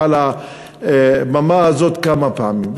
מעל הבמה הזאת כמה פעמים.